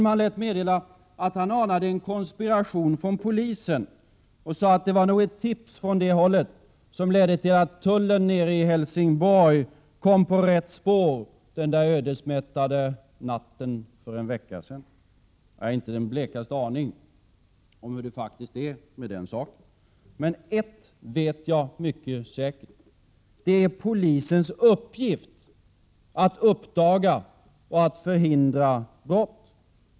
Han lät meddela att han anade en konspiration från polisen. Han sade att det nog var ett tips från det hållet som ledde till att tullen i Helsingborg kom på rätt spår den ödesmättade natten för en vecka sedan. Jag har inte den blekaste aning om hur det faktiskt är med den saken. Men ett vet jag mycket säkert: Det är polisens uppgift att uppdaga och att förhindra brott.